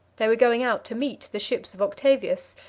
they were going out to meet the ships of octavius,